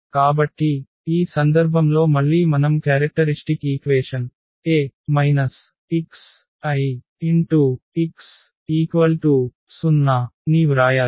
కాబట్టి ఈ సందర్భంలో మళ్ళీ మనం క్యారెక్టరిష్టిక్ ఈక్వేషన్ A xIx 0 ని వ్రాయాలి